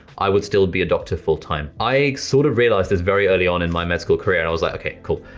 i would still be a doctor full-time. i sort of realised this very early on in my med school career, and i was like, okay cool,